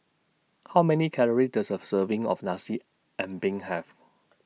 How Many Calories Does A Serving of Nasi Ambeng Have